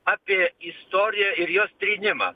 apie istoriją ir jos trynimą